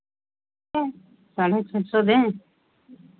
साढ़े छह सौ दें